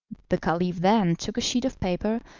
the caliph then took a sheet of paper,